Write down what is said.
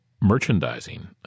Merchandising